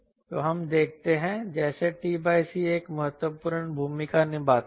तो हम देखते हैं कैसे t c एक महत्वपूर्ण भूमिका निभाता है